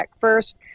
first